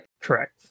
correct